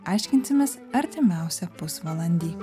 aiškinsimės artimiausią pusvalandį